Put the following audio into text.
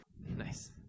Nice